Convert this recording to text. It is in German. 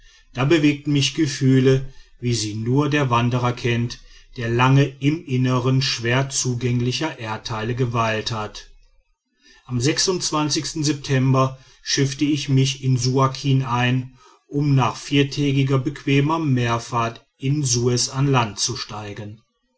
da bewegten mich gefühle wie sie nur der wanderer kennt der lange im innern schwer zugänglicher erdteile geweilt hat am september schiffte ich mich in suakin ein um nach viertägiger bequemer meeresfahrt in suez an land zu steigen